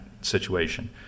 situation